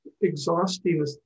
exhausting